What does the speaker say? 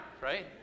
right